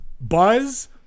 buzz